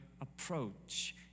approach